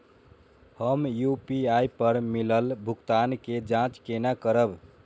हम यू.पी.आई पर मिलल भुगतान के जाँच केना करब?